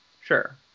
Sure